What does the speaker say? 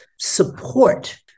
support